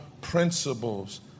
principles